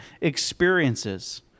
experiences